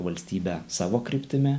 valstybę savo kryptimi